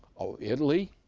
of italy,